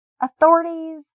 Authorities